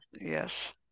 Yes